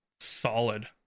solid